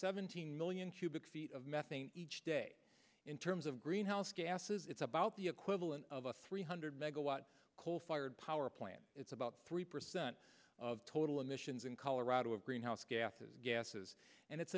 seventeen million cubic feet of methane each day in terms of greenhouse gases it's about the equivalent of a three hundred megawatt coal fired power plant it's about three percent of total emissions in colorado of greenhouse gases gases and it's